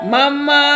Mama